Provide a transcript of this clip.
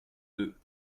deux